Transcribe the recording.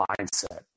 mindset